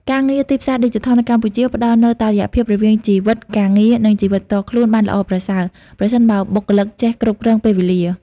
ការងារទីផ្សារឌីជីថលនៅកម្ពុជាផ្តល់នូវតុល្យភាពរវាងជីវិតការងារ និងជីវិតផ្ទាល់ខ្លួនបានល្អប្រសើរ ប្រសិនបើបុគ្គលិកចេះគ្រប់គ្រងពេលវេលា។